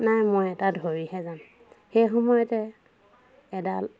নাই মই এটা ধৰিহে যাম সেই সময়তে এডাল